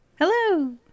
Hello